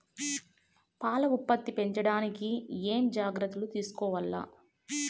పాల ఉత్పత్తి పెంచడానికి ఏమేం జాగ్రత్తలు తీసుకోవల్ల?